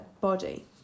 body